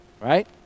right